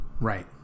Right